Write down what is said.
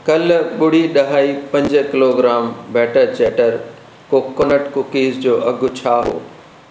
कल्ह ॿुड़ी ॾहई पंज किलोग्रामु बैटर चैटर कोकोनट कुकीज़ जो अघु छा हुओ